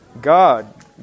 God